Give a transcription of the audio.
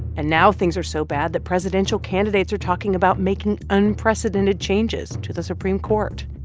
and now things are so bad that presidential candidates are talking about making unprecedented changes to the supreme court.